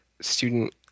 student